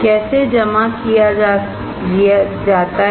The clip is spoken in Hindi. कैसे जमा किया जाता है